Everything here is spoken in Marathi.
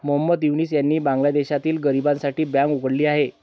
मोहम्मद युनूस यांनी बांगलादेशातील गरिबांसाठी बँक उघडली आहे